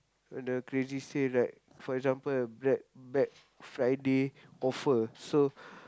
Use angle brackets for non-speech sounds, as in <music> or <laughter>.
the crazy sale right for example black Black Friday offer so <breath>